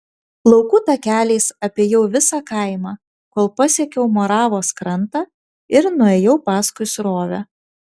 laukų takeliais apėjau visą kaimą kol pasiekiau moravos krantą ir nuėjau paskui srovę